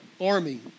army